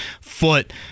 foot